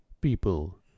people